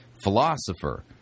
philosopher